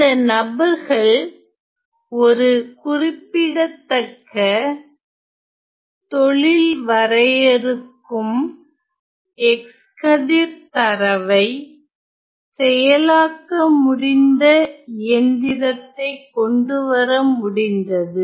இந்த நபர்கள் ஒரு குறிப்பிடத்தக்க தொழில் வரையறுக்கும் x கதிர் தரவை செயலாக்க முடிந்த இயந்திரத்தை கொண்டு வர முடிந்தது